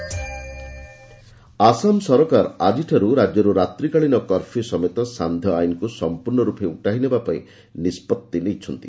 Assam situation Assam ସରକାର ଆଜିଠାରୁ ରାଜ୍ୟରୁ ରାତ୍ରିକାଳୀନ କର୍ଫ୍ୟୁ ସମେତ ସାନ୍ଧ୍ୟ ଆଇନ୍କୁ ସମ୍ପୂର୍ଣ୍ଣ ରୂପେ ଉଠାଇ ନେବା ପାଇଁ ନିଷ୍ପଭି ନେଇଛନ୍ତି